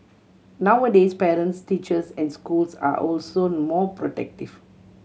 nowadays parents teachers and schools are also more protective